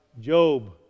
Job